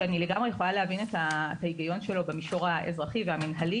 שאני לגמרי יכולה להבין את ההיגיון שלו במישור האזרחי והמינהלי